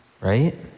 right